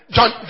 John